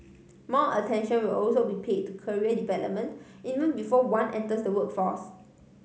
more attention will also be paid to career development even before one enters the workforce